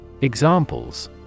Examples